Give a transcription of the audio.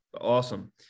Awesome